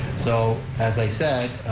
so, as i said,